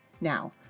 Now